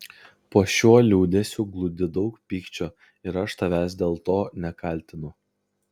po šiuo liūdesiu glūdi daug pykčio ir aš tavęs dėl to nekaltinu